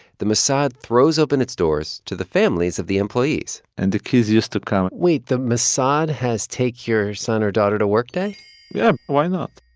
the mossad throws open its doors to the families of the employees and the kids used to come wait. the mossad has take your son or daughter to work day yeah. why not?